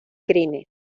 crines